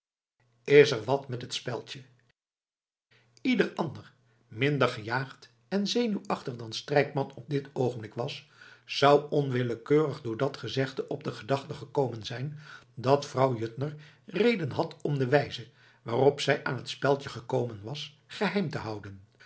er wat met het speldje ieder ander minder gejaagd en zenuwachtig dan strijkman op dit oogenblik was zou onwillekeurig door dat gezegde op de gedachte gekomen zijn dat vrouw juttner reden had om de wijze waarop zij aan het speldje gekomen was geheim te houden